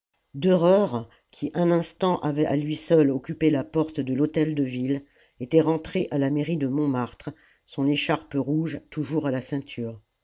dereure qui un instant avait à lui seul occupé la porte de l'hôtel-de-ville était rentré à la mairie de montmartre son écharpe rouge toujours à la ceinture